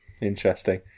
Interesting